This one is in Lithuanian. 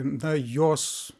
na jos